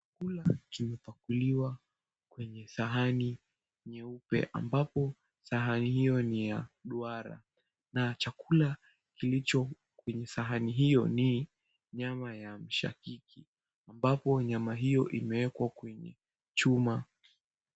Chakula kimepakuliwa kwenye sahani nyeupe ambapo sahani hiyo ni ya duara na chakula kilicho kwenye sahani hiyo ni nyama ya mshakiki ambapo nyama hiyo imewekwa kwenye chuma.